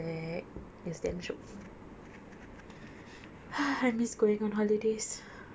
அந்த:antha silence லே:le it's just me and the scooter just go and then just come back it's damn shiok